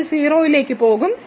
ഇത് 0 ലേക്ക് പോകും